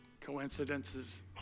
coincidences